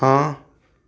हाँ